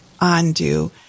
undo